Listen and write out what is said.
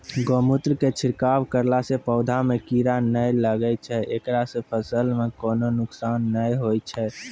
गोमुत्र के छिड़काव करला से पौधा मे कीड़ा नैय लागै छै ऐकरा से फसल मे कोनो नुकसान नैय होय छै?